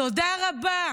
תודה רבה.